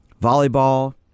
volleyball